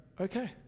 okay